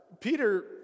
Peter